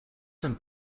some